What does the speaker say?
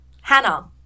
Hannah